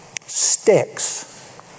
Sticks